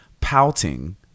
pouting